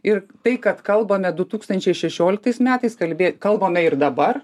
ir tai kad kalbame du tūkstančiai šešioliktais metais kalbė kalbame ir dabar